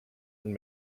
and